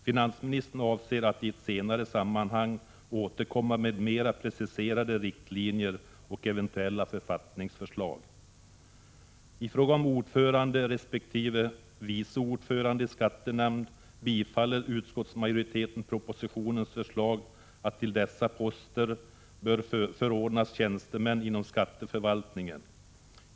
Finansministern avser att i ett senare sammanhang återkomma med mer preciserade riktlinjer och eventuella författningsförslag. I fråga om ordförande, respektive vice ordförande, i skattenämnd tillstyrker utskottsmajoriteten förslaget i propositionen att tjänstemän inom skatteförvaltningen bör förordnas till dessa poster.